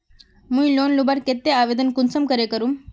मुई लोन लुबार केते आवेदन कुंसम करे करूम?